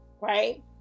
right